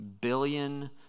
billion